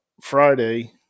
Friday